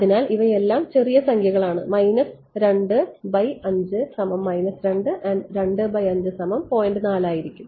അതിനാൽ ഇവയെല്ലാം ചെറിയ സംഖ്യകളാണ് മൈനസ് ആയിരിക്കും